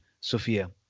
Sophia